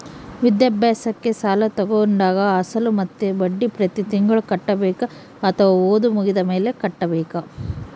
ವಿದ್ಯಾಭ್ಯಾಸಕ್ಕೆ ಸಾಲ ತೋಗೊಂಡಾಗ ಅಸಲು ಮತ್ತೆ ಬಡ್ಡಿ ಪ್ರತಿ ತಿಂಗಳು ಕಟ್ಟಬೇಕಾ ಅಥವಾ ಓದು ಮುಗಿದ ಮೇಲೆ ಕಟ್ಟಬೇಕಾ?